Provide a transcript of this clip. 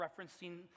referencing